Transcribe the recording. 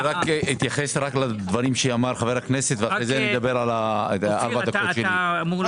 אני חושב שחבר הכנסת טיבי